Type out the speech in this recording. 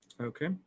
Okay